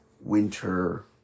winter